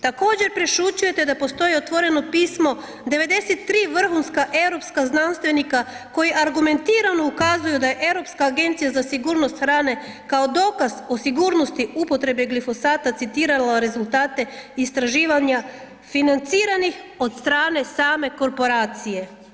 Također prešućujete da postoji otvoreno pismo 93 vrhunska europska znanstvenika koji argumentirano ukazuju da je Europska agencija za sigurnost hrane kao dokaz o sigurnosti upotrebe glifosata citirala rezultate istraživanja financiranih od strane same korporacije.